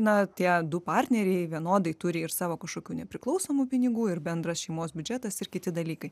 na tie du partneriai vienodai turi ir savo kažkokių nepriklausomų pinigų ir bendras šeimos biudžetas ir kiti dalykai